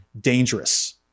dangerous